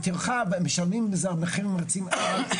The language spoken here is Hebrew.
זה זלזול כפול גם בציבור הסטודנטים וגם בתקנות של הכנסת.